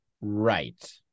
Right